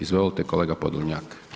Izvolite kolega Podolnjak.